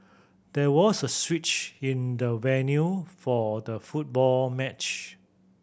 there was a switch in the venue for the football match